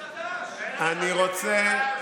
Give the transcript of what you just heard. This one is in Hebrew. זה החוק החדש,